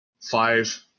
five